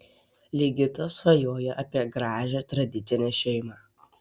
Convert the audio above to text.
ligitas svajoja apie gražią tradicinę šeimą